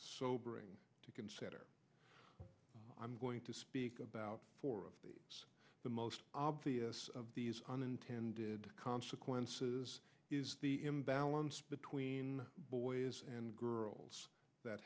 sobering to consider i'm going to speak about four of the the most obvious of these unintended consequences is the imbalance between boys and girls that